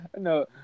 No